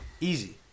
Easy